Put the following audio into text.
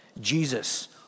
Jesus